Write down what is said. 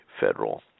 federal